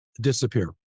disappear